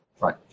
Right